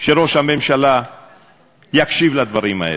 שראש הממשלה יקשיב לדברים האלה.